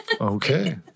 Okay